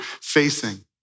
facing